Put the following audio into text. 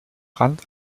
rand